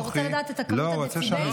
הוא רוצה לדעת כמה הדציבלים.